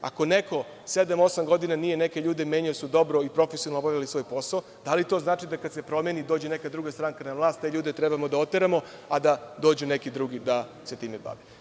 Ako neko sedam, osam godina nije neke ljude menjao jer su dobro i profesionalno obavljali svoj posao, da li to znači da kada se promeni i dođe neka druga stranka na vlast da te ljude treba da oteramo, a da dođu neki drugi da se time bave?